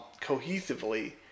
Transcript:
cohesively